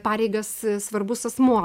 pareigas svarbus asmuo